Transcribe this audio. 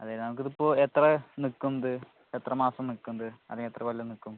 അതേ നമുക്കിതിപ്പോൾ എത്ര നിക്കും ഇത് എത്ര മാസം നിക്കും ഇത് അല്ലെങ്കിൽ എത്ര കൊല്ലം നിക്കും